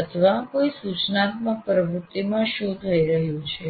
અથવા કોઈ સૂચનાત્મક પ્રવૃત્તિમાં શું થઈ રહ્યું છે